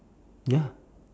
ya